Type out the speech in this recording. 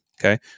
okay